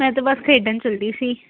ਮੈਂ ਤਾਂ ਬਸ ਖੇਡਣ ਚੱਲੀ ਸੀ